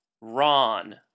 Ron